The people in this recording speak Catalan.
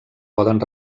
poden